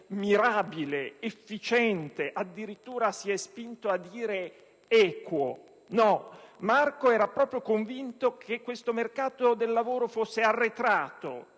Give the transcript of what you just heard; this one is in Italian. "mirabile", "efficiente"; addirittura si è spinto a dire "equo". No, Marco era proprio convinto che questo mercato del lavoro fosse arretrato,